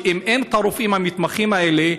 שאם אין את הרופאים המתמחים האלה,